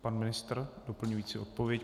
Pan ministr doplňující odpověď.